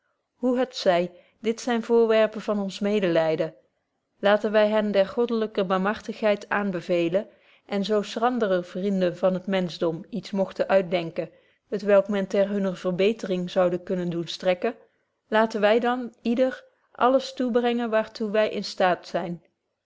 hoe het zy dit zyn voorwerpen van ons medelyden laten wy hen der godlyke barmhartigheid aanbevelen en zo schranderer vrienden van het menschdom iets mogten uitdenken t welk men ter hunner verbetering zoude kunnen doen strekken laten wy dan yder alles toebrengen waar toe wy in staat zyn